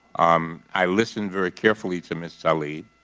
um i listened very carefully to ms. ah tlaib,